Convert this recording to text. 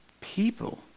people